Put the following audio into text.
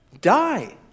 die